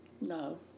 No